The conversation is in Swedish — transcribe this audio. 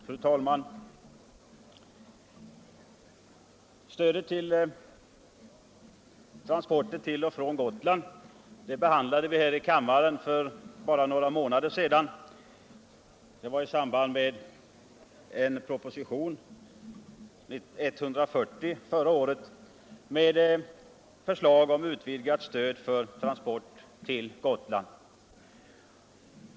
Fru talman! Stödet till transporter till och från Gotland behandlade vi här i kammaren för bara några månader sedan. Det var i samband med propositionen 140 förra året med förslag om utvidgat stöd för transporter till Gotland.